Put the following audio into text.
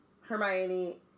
Hermione